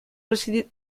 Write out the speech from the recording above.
residir